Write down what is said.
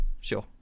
Sure